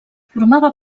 formava